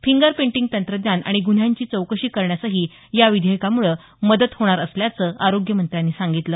finger printing तंत्रज्ञान आणि गुन्ह्यांची चौकशी करण्यासही या विधेयकामुळं मदत होणार असल्याचंही आरोग्यमंत्र्यांनी सांगितलं